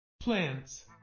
Plants